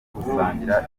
gusangira